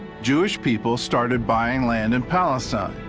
jewish people started buying land in palestine.